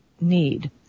need